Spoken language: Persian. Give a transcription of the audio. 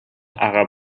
عقب